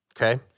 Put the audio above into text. Okay